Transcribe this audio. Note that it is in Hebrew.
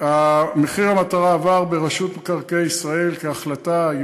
"מחיר מטרה" עבר ברשות מקרקעי ישראל כהחלטה.